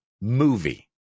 movie